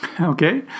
Okay